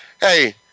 Hey